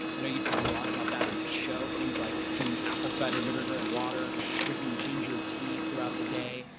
i know you talk a lot about that in the show things like doing apple cider vinegar and water, drinking ginger tea throughout the day.